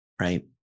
right